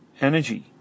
energy